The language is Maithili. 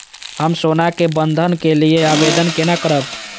हम सोना के बंधन के लियै आवेदन केना करब?